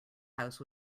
house